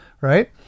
right